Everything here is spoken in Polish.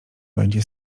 będzie